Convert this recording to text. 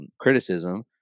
criticism